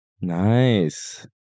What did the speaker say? Nice